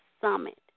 Summit